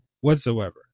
whatsoever